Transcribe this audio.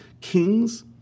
kings